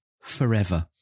forever